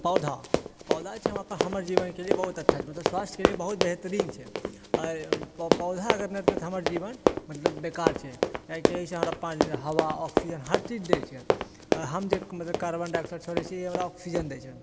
पौधा पौधा छै हम अपन हमर जीवनके लिए बहुत अच्छा छै मतलब स्वास्थ्यके लिए बहुत बेहतरीन छै आओर पौधा अगर नहि रहतै तऽ हमर जीवन मतलब बेकार छै किआकि एहिसँ हमरा हवा ऑक्सीजन हर चीज दए छै आ हम जे मतलब कार्बन डाइऑक्साइड छोड़ै छियै ई हमरा ऑक्सीजन दै छै